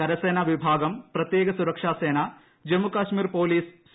കരസേനാ വിഭാഗം പ്രത്യേക സുരക്ഷാസേന ജമ്മുകശ്മീർ പോലീസ് സി